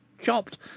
chopped